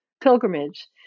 pilgrimage